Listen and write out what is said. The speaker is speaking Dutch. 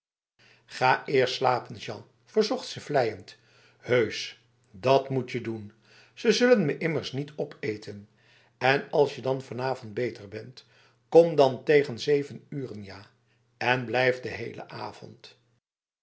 ga eerst slapen jean verzocht ze vleiend heus dat moet je doen ze zullen me immers niet opeten en als je dan vanavond beter bent kom dan tegen zeven uren ja en blijf de hele avond